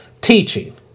teaching